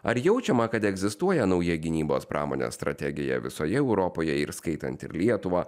ar jaučiama kad egzistuoja nauja gynybos pramonės strategija visoje europoje ir įskaitant ir lietuvą